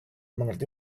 mengerti